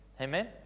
Amen